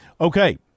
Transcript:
Okay